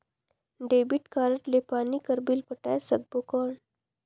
Debit card ले पानी कर बिल पटाय सकबो कौन?